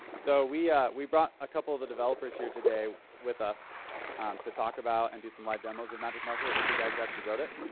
so we we brought a couple of the developers here today with us to talk about and do some live demos of magicmarker. these are the guys who actually wrote it.